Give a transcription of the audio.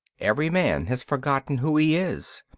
every man has forgotten who he is.